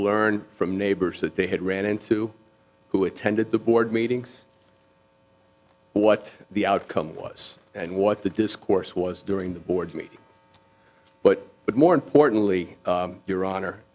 learned from neighbors that they had ran into who attended the board meetings what the outcome was and what the discourse was during the board meeting but but more importantly your honor